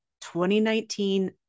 2019